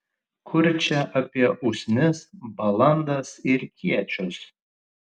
kur čia apie usnis balandas ir kiečius